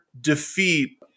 defeat